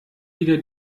wieder